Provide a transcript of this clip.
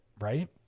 right